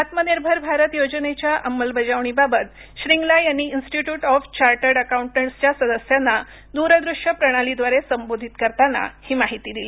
आत्मनिर्भर भारत योजनेच्या अंमलबजावणीबाबत श्रींगला यांनी इन्टिट्यूट ऑफ चार्टर्ड अकाउंटंटस् च्या सदस्यांना दूरदूश्य प्रणालीद्वारे संबोधित करताना ही माहिती दिली